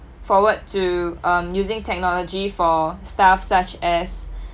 forward to using technology for stuff such as